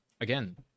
Again